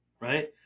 Right